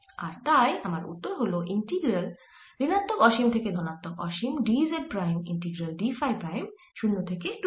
আর তাই আমার উত্তর হল যে ইন্টিগ্রাল ঋণাত্মক অসীম থেকে ধনাত্মক অসীম dz prime integral d phi prime 0 থেকে 2 পাই